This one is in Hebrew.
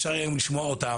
אפשר יהיה גם לשמוע אותם.